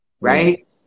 right